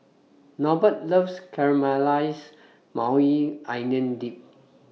Norbert loves Caramelized Maui Onion Dip